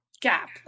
gap